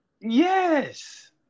Yes